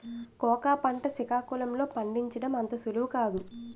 cocoa పంట సికాకుళం లో పండించడం అంత సులువు కాదు